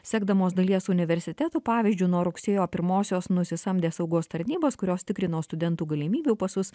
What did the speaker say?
sekdamos dalies universitetų pavyzdžiu nuo rugsėjo pirmosios nusisamdė saugos tarnybas kurios tikrino studentų galimybių pasus